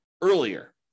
earlier